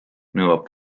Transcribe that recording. nõuab